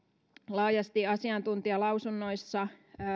laajasti asiantuntijalausunnoissa